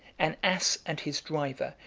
an ass and his driver,